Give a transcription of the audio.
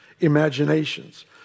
imaginations